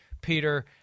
Peter